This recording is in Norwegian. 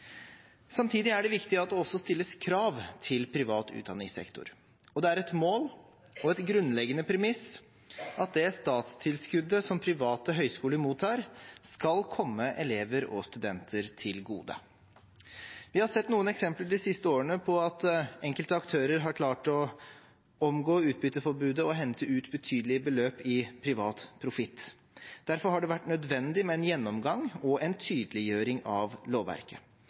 Samtidig er det viktig at det også stilles krav til privat utdanningssektor, og det er et mål og et grunnleggende premiss at det statstilskuddet som private høyskoler mottar, skal komme elever og studenter til gode. Vi har sett noen eksempler de siste årene på at enkelte aktører har klart å omgå utbytteforbudet og hente ut betydelige beløp i privat profitt. Derfor har det vært nødvendig med en gjennomgang og en tydeliggjøring av lovverket.